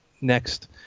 next